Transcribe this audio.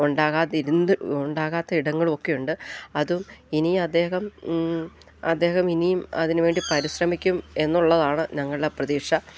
ഉണ്ടാകാത്ത ഇടങ്ങളുമൊക്കെയുണ്ട് അതും ഇനിയദ്ദേഹം അദ്ദേഹം ഇനിയും അതിന് വേണ്ടി പരിശ്രമിക്കുമെന്നുള്ളതാണ് ഞങ്ങളുടെ പ്രതീക്ഷ